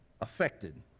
affected